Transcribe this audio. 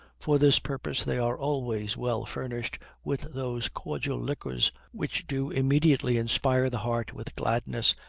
for this purpose they are always well furnished with those cordial liquors which do immediately inspire the heart with gladness,